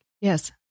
Yes